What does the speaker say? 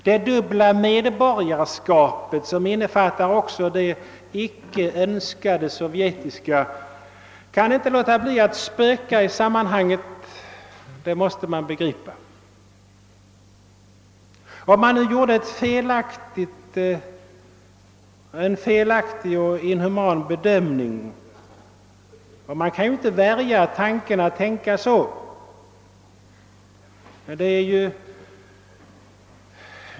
Det dubbla medborgarskapet, som innefattar också det icke önskade sovjetiska, kan inte låta bli att spöka i sammanhanget. Det måste man förstå. Man kan inte värja sig från tanken att samlingsregeringen kanske gjorde en felaktig och inhuman bedömning.